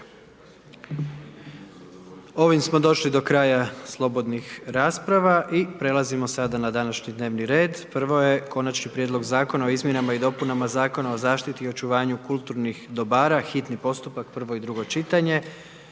Ovim smo došli do kraja slobodnih rasprava i prelazimo sada na današnji dnevni red. Prvo je: - Konačni prijedlog zakona o izmjenama i dopunama Zakona o zaštiti i očuvanju kulturnih dobara, hitni postupak, prvo i drugo čitanje,